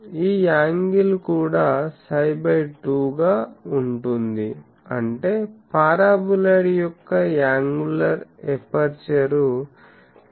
ఈ యాంగిల్ కూడా Ѱ2 గా ఉంటుంది అంటే పారాబొలాయిడ్ యొక్క యాంగులర్ ఎపర్చరు Ѱ